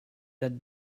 that